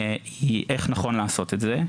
היא איך נכון לעשות את זה,